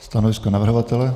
Stanovisko navrhovatele?